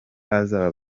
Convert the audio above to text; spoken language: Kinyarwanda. bazaba